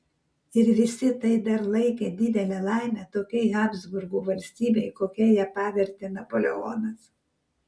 ir visi tai dar laikė didele laime tokiai habsburgų valstybei kokia ją pavertė napoleonas